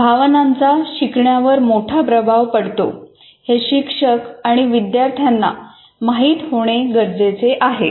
भावनांचा शिकण्यावर मोठा प्रभाव पडतो हे शिक्षक आणि विद्यार्थ्यांना माहीत होणे गरजेचे आहे